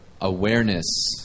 awareness